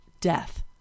death